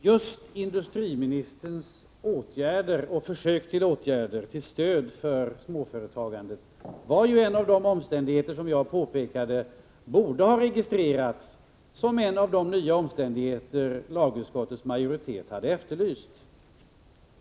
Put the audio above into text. Herr talman! Just industriministerns åtgärder och försök till åtgärder till stöd för småföretagandet var en av de omständigheter som jag påpekade borde ha registrerats som en av de nya omständigheter lagutskottet hade efterlyst.